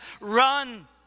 run